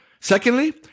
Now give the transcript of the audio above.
Secondly